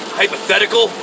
hypothetical